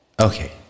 Okay